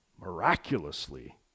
miraculously